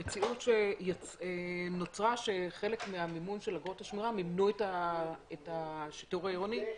המציאות שנוצרה היא שחלק ממימון אגרות השמירה מימנו את השיטור העירוני,